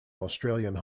australian